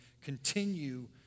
continue